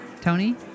Tony